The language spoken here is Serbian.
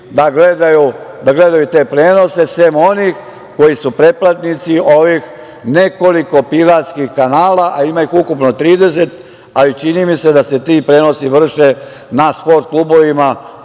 da gledaju te prenose, sem onih koji su pretplatnici ovih nekoliko piratskih kanala, a ima ih ukupno 30, a i čini mi se da se ti prenosi vrše na „Sport klubovima“.